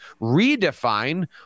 redefine